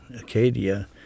Acadia